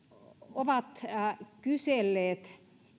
ovat kyselleet